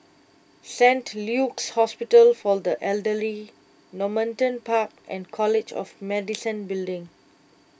Saint Luke's Hospital for the Elderly Normanton Park and College of Medicine Building